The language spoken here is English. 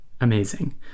Amazing